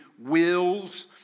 wills